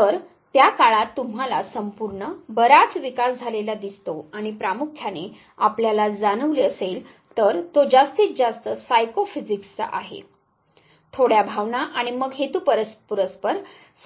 तर त्या काळात तुम्हाला संपूर्ण बराच विकास झालेला दिसतो आणि प्रामुख्याने आपल्याला जाणवले असेल तर तो जास्तीत जास्त सायकोफिजिक्सचा आहेथोडया भावना आणि मग हेतुपुरस्सर